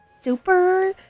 super